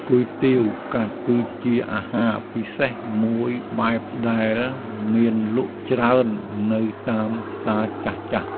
គុយទាវកាត់គឺជាអាហារពិសេសមួយបែបដែលមានលក់ច្រើននៅតាមផ្សារចាស់ៗ។